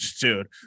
dude